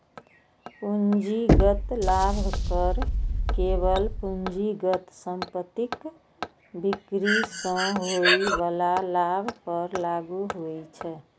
पूंजीगत लाभ कर केवल पूंजीगत संपत्तिक बिक्री सं होइ बला लाभ पर लागू होइ छै